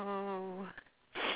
oh